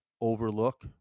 overlook